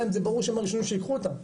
זה ברור שהם הראשונים שייקחו אותם,